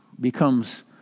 becomes